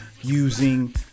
using